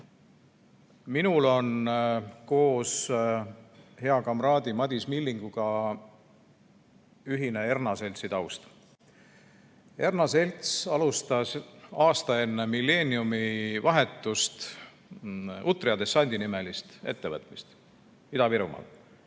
on koos hea kamraadi Madis Millinguga ühine Erna Seltsi taust. Erna Selts alustas aasta enne millenniumivahetust Utria dessandi nimelist ettevõtmist Ida-Virumaal